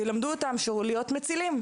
שילמדו אותם להיות מצילים,